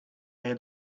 had